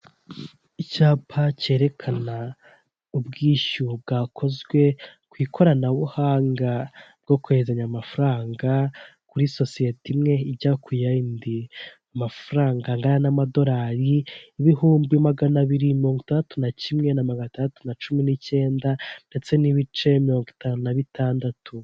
Icyapa kerekana ubwishyu bwakozwe ku ikoranabuhanga bwo kweherezanya amafaranga kuri sosiyete imwe ijya ku yindi amafaranga angana n'amadorari ibihumbi magana abiri mirongo itandatu na kimwe na magana atandatu na cumi n'ikenda ndetse n'ibice mirongo itanu na bitandatu.